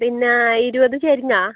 പിന്നെ ഇരുപത് ചെരങ്ങ